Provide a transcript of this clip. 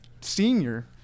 senior